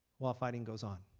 while fighting goes on.